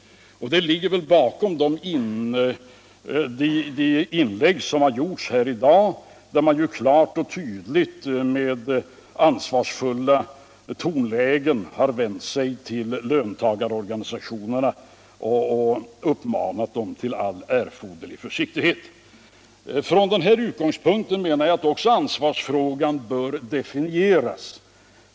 Det ligger väl bakom de inlägg som har gjorts här i dag. där man klart och tydligt med ansvarsfulla tonlägen har vänt sig till löntagarorganisationerna och uppmanat dem till all erforderlig försiktighet. Från den utgångspunkten, menar jag, bör också ansvarsfrågan definieras.